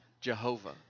Jehovah